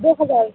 دو ہزار